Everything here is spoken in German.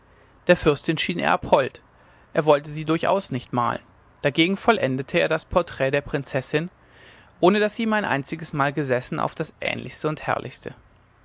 der fürstin schien er abhold er wollte sie durchaus nicht malen dagegen vollendete er das porträt der prinzessin ohne daß sie ihm ein einziges mal gesessen auf das ähnlichste und herrlichste